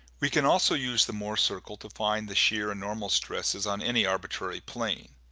we can also use the mohr circle to find the shear and normal stresses on any arbitrary plane